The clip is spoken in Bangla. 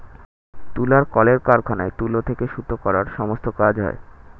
তুলার কলের কারখানায় তুলো থেকে সুতো করার সমস্ত কাজ হয়